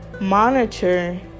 monitor